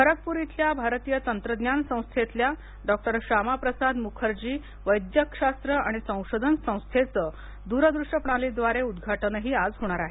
खरगपूर इथल्या भारतीय तंत्रज्ञान संस्थेतल्या डॉक्टर श्यामाप्रसाद मुखर्जी वैद्यकशास्त्र आणि संशोधन संस्थेचं द्रदृश्य प्रणालीद्वार उद्घाटनही आज होणार आहे